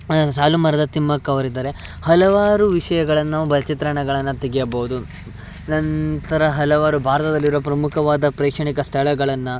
ಸಾಲುಮರದ ತಿಮ್ಮಕ್ಕ ಅವ್ರು ಇದ್ದಾರೆ ಹಲವಾರು ವಿಷಯಗಳನ್ನು ನಾವು ಚಿತ್ರಣಗಳನ್ನು ತೆಗೆಯಬೌದು ನಂತರ ಹಲವಾರು ಭಾರತದಲ್ಲಿರುವ ಪ್ರಮುಖವಾದ ಪ್ರೇಕ್ಷಣೀಯ ಸ್ಥಳಗಳನ್ನು